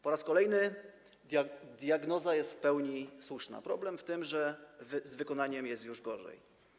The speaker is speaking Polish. Po raz kolejny diagnoza jest w pełni słuszna, problem w tym, że z wykonaniem jest już gorzej.